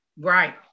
Right